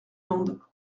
land